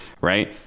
right